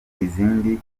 izindi